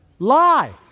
lie